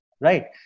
right